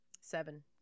Seven